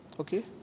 Okay